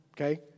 okay